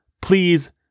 please